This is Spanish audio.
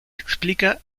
explica